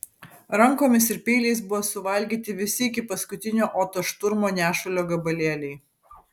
rankomis ir peiliais buvo suvalgyti visi iki paskutinio oto šturmo nešulio gabalėliai